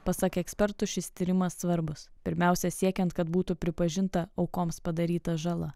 pasak ekspertų šis tyrimas svarbus pirmiausia siekiant kad būtų pripažinta aukoms padaryta žala